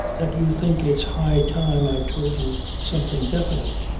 that you think it's high time i told you something definite.